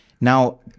Now